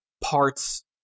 parts